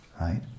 right